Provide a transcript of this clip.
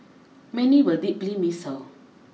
many will deeply miss her